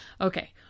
Okay